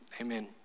amen